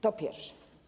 To pierwsze.